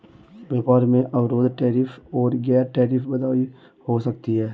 व्यापार में अवरोध टैरिफ और गैर टैरिफ बाधाएं हो सकती हैं